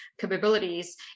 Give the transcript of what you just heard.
capabilities